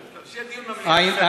העניין הזה,